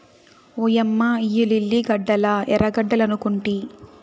ఓయమ్మ ఇయ్యి లిల్లీ గడ్డలా ఎర్రగడ్డలనుకొంటి